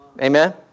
Amen